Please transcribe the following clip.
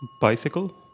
Bicycle